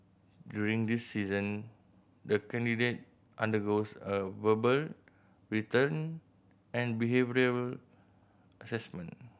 during this season the candidate undergoes a verbal written and behavioural assessment